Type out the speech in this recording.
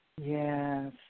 Yes